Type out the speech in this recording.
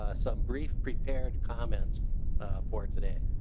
ah some brief prepared comments for today.